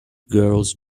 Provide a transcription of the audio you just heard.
girls